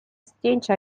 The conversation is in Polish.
zdjęcia